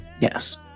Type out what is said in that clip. Yes